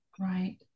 Right